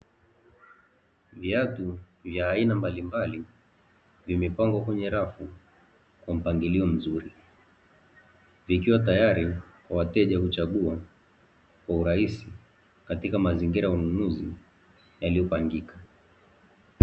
Viatu vya aina mbalimbali vimepangwa kwenye rafu kwa mpangilio mzuri, vikiwa tayari kwa mteja kuchagua kwa urahisi katika mazingira ya ununuzi yaliyo pangika.